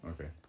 Okay